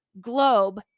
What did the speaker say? globe